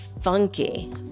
funky